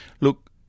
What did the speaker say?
Look